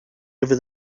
over